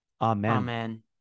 Amen